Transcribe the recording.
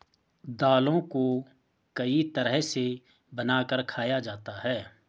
दालों को कई तरह से बनाकर खाया जाता है